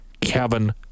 Kevin